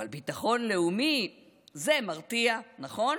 אבל ביטחון לאומי זה מרתיע, נכון?